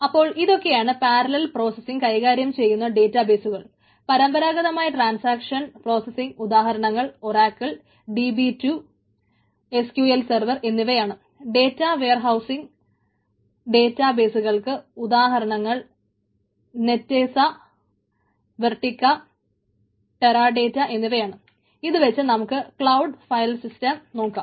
അപ്പോൾ ഇതൊക്കെയാണ് parallel process നോക്കാം